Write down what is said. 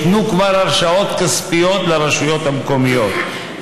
כבר ניתנו הרשאות כספיות לרשויות המקומיות,